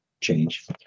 change